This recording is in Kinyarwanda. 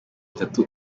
itatu